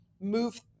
move